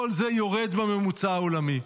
כל זה יורד בממוצע העולמי.